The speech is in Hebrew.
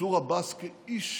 מנסור עבאס, כאיש